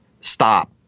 stop